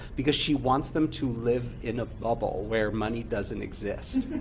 because she wants them to live in a bubble where money doesn't exist.